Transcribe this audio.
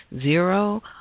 Zero